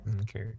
okay